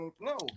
No